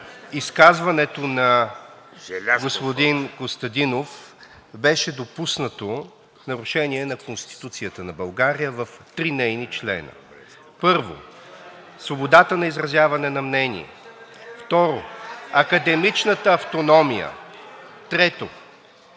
(ДБ): ...господин Костадинов беше допуснато нарушение на Конституцията на България в три нейни члена. Първо, свободата на изразяване на мнение. Второ, академичната автономия. Трето,